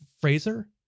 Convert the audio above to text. Fraser